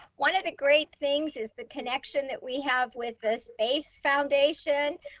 one of the great things is the connection that we have with this base foundation.